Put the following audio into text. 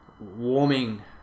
warming